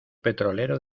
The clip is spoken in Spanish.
petrolero